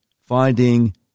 finding